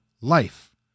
life